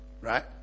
right